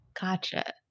Gotcha